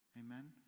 Amen